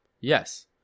yes